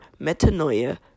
metanoia